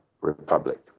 Republic